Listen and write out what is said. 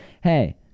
Hey